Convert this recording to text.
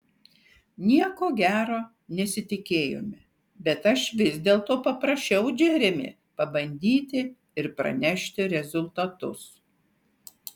nieko gero nesitikėjome bet aš vis dėlto paprašiau džeremį pabandyti ir pranešti rezultatus